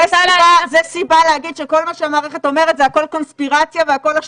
זו סיבה להגיד שכל מה שהמערכת אומרת זה הכול קונספירציה והכול השתקה.